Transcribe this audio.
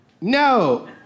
No